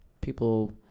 people